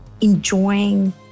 enjoying